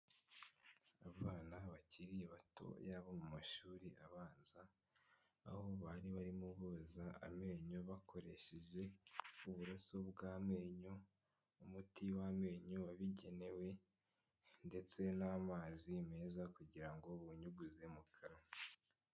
Abana abakiri batoya bo mu mashuri abanza, aho bari barimo boza amenyo bakoresheje uburoso bw'amenyo, umuti w'amenyo wabigenewe ndetse n'amazi meza kugira ngo bunyuguze mu kanwa.